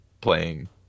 playing